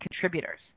contributors